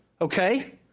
okay